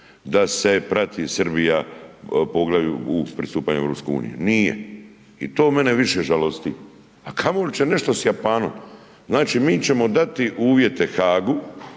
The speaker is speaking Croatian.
da se prati Srbija u poglavlju u pristupanju EU-i. Nije i to mene više žalosti, a kamoli će nešto s Japanom. Znači mi ćemo dati uvjete Haagu,